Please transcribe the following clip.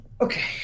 Okay